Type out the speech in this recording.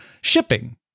shipping